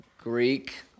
Greek